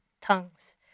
tongues